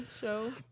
show